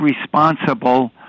responsible